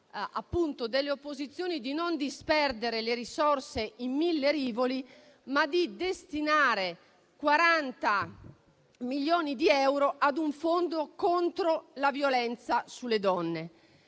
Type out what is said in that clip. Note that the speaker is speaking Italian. alla scelta di non disperdere le risorse in mille rivoli, ma di destinare 40 milioni di euro ad un fondo contro la violenza sulle donne.